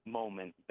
moment